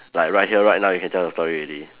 like right here right now you can tell your story already